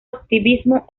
activismo